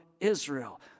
Israel